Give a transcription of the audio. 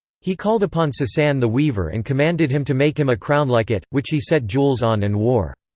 he called upon sasan the weaver and commanded him to make him a crown like it, which he set jewels on and wore.